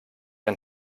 ein